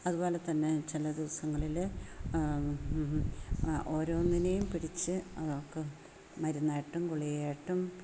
അതു പോലെ തന്നെ ചില ദിവസങ്ങളിൽ ഓരോന്നിനെയും പിടിച്ച് ഒക്കെ മരുന്നായിട്ടും ഗുളികയായിട്ടും